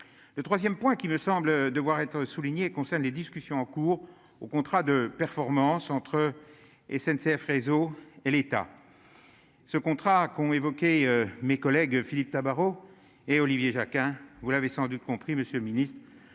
le 3ème point qui me semble devoir être soulignés concerne les discussions en cours au contrat de performance entre SNCF, réseau et l'État, ce contrat qu'on évoquait, mes collègues, Philippe Tabarot et Olivier Jacquin, vous l'avez sans doute compris, Monsieur le Ministre,